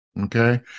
Okay